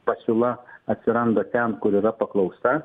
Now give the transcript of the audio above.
pasiūla atsiranda ten kur yra paklausa